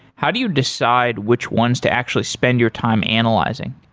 how do you decide which ones to actually spend your time analyzing?